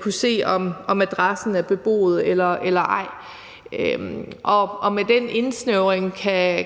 kunne se, om adressen er beboet eller ej. Med den indsnævring